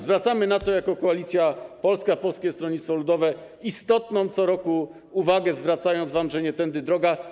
Zwracamy na to jako Koalicja Polska - Polskie Stronnictwo Ludowe co roku uwagę, mówiąc wam, że nie tędy droga.